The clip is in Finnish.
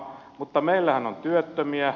mutta meillähän on työttömiä